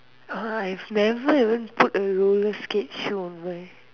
oh I've never even put a roller skate show on my